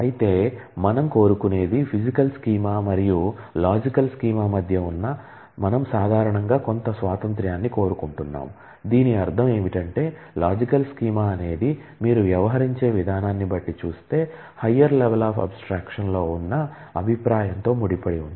అయితే మనం కోరుకునేది ఫిజికల్ స్కీమా లో ఉన్న అభిప్రాయంతో ముడిపడి ఉంది